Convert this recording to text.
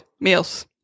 meals